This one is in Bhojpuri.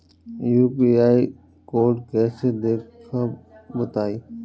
यू.पी.आई कोड कैसे देखब बताई?